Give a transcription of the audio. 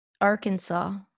arkansas